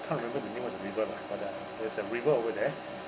can't remember the name of the river lah but the there's a river over there